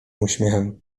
uśmiechem